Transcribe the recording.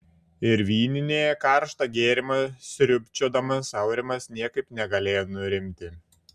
ir vyninėje karštą gėrimą sriubčiodamas aurimas niekaip negalėjo nurimti